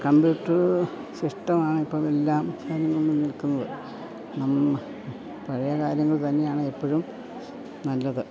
computer സിസ്റ്റമാണ് ഇപ്പം എല്ലാം കാര്യങ്ങളിലും നിൽക്കുന്നത് നമ്മൾ പഴയ കാര്യങ്ങൾ തന്നെയാണെപ്പോഴും നല്ലത്